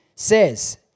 says